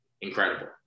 incredible